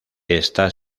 está